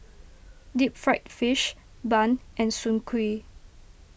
Deep Fried Fish Bun and Soon Kuih